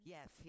Yes